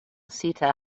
sita